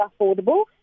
affordable